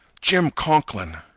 jim conklin!